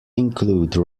include